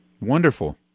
Wonderful